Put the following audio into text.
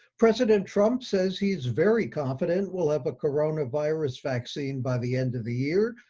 president trump says he's very confident we'll have a coronavirus vaccine by the end of the year.